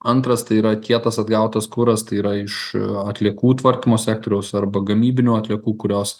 antras tai yra kietas atgautas kuras tai yra iš atliekų tvarkymo sektoriaus arba gamybinių atliekų kurios